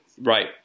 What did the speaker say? right